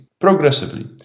Progressively